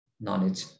knowledge